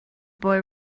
boy